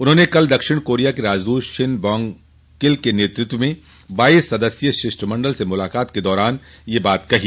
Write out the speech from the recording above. उन्होंने कल दक्षिण कोरिया के राजदूत शिन बॉन्ग किल के नेतृत्व में बाईस सदस्यीय शिष्टमंडल से मुलाकात के दौरान यह बात कही